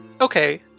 Okay